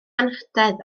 anrhydedd